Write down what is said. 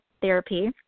Therapy